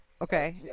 okay